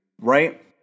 Right